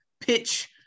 pitch